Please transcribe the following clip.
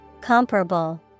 Comparable